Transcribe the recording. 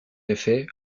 effet